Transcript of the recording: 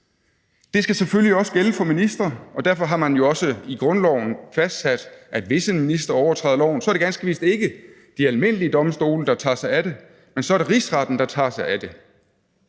Det skal selvfølgelig også gælde for ministre, og derfor har man jo også i grundloven fastsat, at hvis en minister overtræder loven, er det ganske vist ikke de almindelige domstole, der tager sig af det, men så er det rigsretten, der tager sig af det.